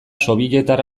sobietar